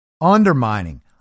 undermining